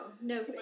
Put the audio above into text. No